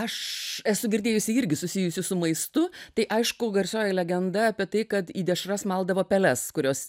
aš esu girdėjusi irgi susijusių su maistu tai aišku garsioji legenda apie tai kad į dešras maldavo peles kurios